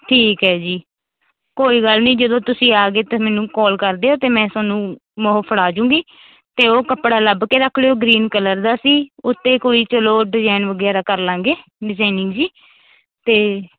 ਠੀਕ ਹੈ ਜੀ ਕੋਈ ਗੱਲ ਨਹੀਂ ਜਦੋਂ ਤੁਸੀਂ ਆ ਗਏ ਤਾਂ ਮੈਨੂੰ ਕਾਲ ਕਰ ਦਿਓ ਅਤੇ ਮੈਂ ਤੁਹਾਨੂੰ ਮੈਂ ਉਹ ਫੜਾ ਜੂੰਗੀ ਅਤੇ ਉਹ ਕੱਪੜਾ ਲੱਭ ਕੇ ਰੱਖ ਲਿਓ ਗਰੀਨ ਕਲਰ ਦਾ ਸੀ ਉੱਤੇ ਕੋਈ ਚਲੋ ਡਿਜ਼ਾਇਨ ਵਗੈਰਾ ਕਰ ਲਵਾਂਗੇ ਡੀਜਾਇਨਿੰਗ ਜਿਹੀ ਅਤੇ